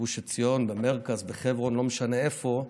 בגוש עציון, במרכז, בחברון, לא משנה איפה,